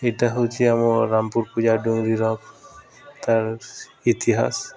ଏଇଟା ହେଉଛି ଆମ ରାମପୁର ପୂଜା ଡୁଙ୍ଗରିର ଇତିହାସ